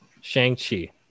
Shang-Chi